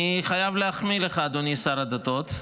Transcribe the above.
אני חייב להחמיא לך, אדוני שר הדתות.